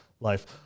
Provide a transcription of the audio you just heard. life